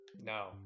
No